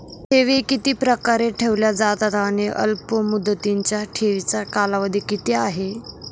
ठेवी किती प्रकारे ठेवल्या जातात आणि अल्पमुदतीच्या ठेवीचा कालावधी किती आहे?